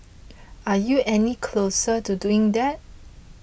are you any closer to doing that